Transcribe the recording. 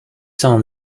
son